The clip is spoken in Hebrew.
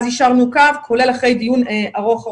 אז יישרנו קו, כולל אחרי דיון ארוך.